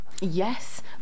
Yes